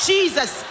Jesus